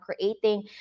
creating